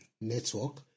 network